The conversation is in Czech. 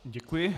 Děkuji.